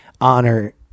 honor